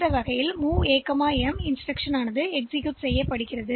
இந்த வழியில் இந்த MOV A M இன்ஸ்டிரக்ஷன்செயல்படுத்தப்படும்